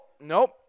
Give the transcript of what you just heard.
nope